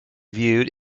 viewed